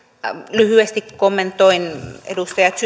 lyhyesti kommentoin edustaja